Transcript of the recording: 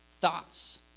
thoughts